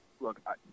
look